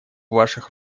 ваших